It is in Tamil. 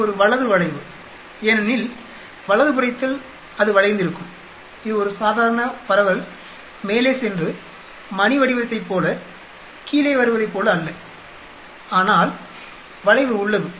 இது ஒரு வலது வளைவு ஏனெனில் வலது புறத்தில் அது வளைந்திருக்கும் இது ஒரு சாதாரண பரவல் மேலே சென்று மணி வடிவத்தைப் போல கீழே வருவதைப் போல அல்ல ஆனால் வளைவு உள்ளது